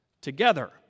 together